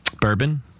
bourbon